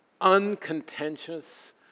uncontentious